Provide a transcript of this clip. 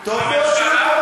הממשלה,